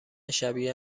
شبیه